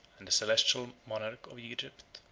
and the celestial monarch of egypt.